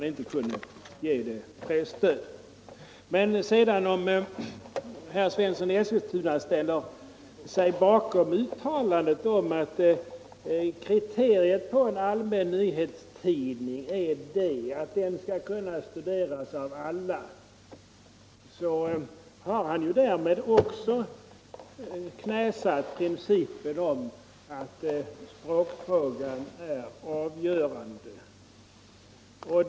Riktlinjer för Om herr Svensson i Eskilstuna ställer sig bakom uttalandet att kriteriet — invandraroch på en allmän nyhetstidning är att tidningen skall kunna studeras av alla, — minoritetspolitiken, så har han därmed också knäsatt principen att språkfrågan är avgörande. — m.m.